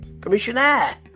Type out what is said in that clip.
Commissioner